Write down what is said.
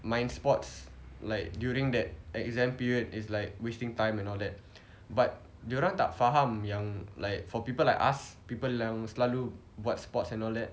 main sports like during that exam period is like wasting time and all that but dia orang tak faham yang like for people like us people yang selalu buat sports and all that